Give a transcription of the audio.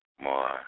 more